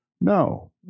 No